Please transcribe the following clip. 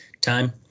time